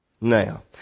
Now